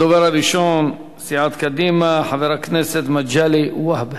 הדובר הראשון מסיעת קדימה, חבר הכנסת מגלי והבה.